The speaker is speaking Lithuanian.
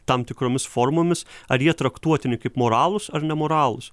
tam tikromis formomis ar jie traktuotini kaip moralūs ar nemoralūs